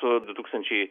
su du tūkstančiai